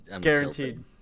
Guaranteed